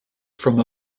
from